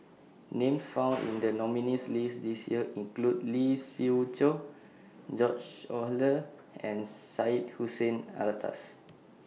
Names found in The nominees' list This Year include Lee Siew Choh George Oehlers and Syed Hussein Alatas